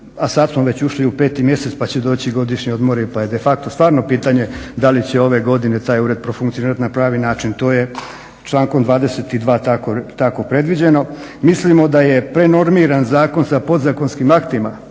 a sada smo već ušli u 5 mjesec pa će doći i godišnji odmori pa je de facto stvarno pitanje da li će ove godine taj ured profunkcionirati na pravi način, to je člankom 22. tako predviđeno. Mislimo da je prenormiran zakon sa podzakonskim aktima.